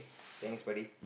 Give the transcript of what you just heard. thanks buddy